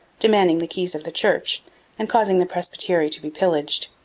demanding the keys of the church and causing the presbytery to be pillaged.